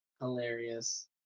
hilarious